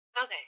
Okay